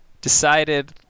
decided